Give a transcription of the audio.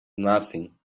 nothing